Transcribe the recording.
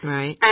Right